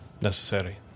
necessary